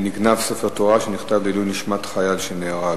גנבת ספר תורה שנכתב לעילוי נשמת חייל שנהרג.